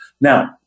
Now